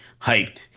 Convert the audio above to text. hyped